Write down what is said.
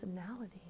personality